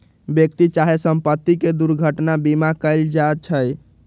व्यक्ति चाहे संपत्ति के दुर्घटना बीमा कएल जाइ छइ